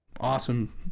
awesome